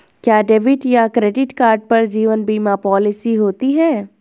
क्या डेबिट या credit card पर जीवन बीमा पॉलिसी होती है?